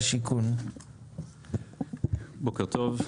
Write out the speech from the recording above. בוקר טוב.